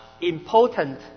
important